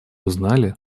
узнали